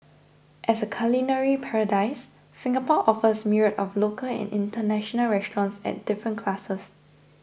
as a culinary paradise Singapore offers myriad of local and international restaurants at different classes